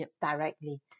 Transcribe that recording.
directly